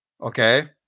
Okay